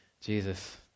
Jesus